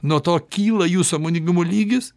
nuo to kyla jų sąmoningumo lygis